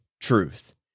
truth